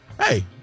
hey